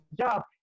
job